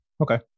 Okay